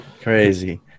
Crazy